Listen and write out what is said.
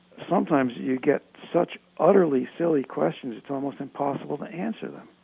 sometimes you get such utterly silly question it's almost impossible to answer them